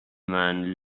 man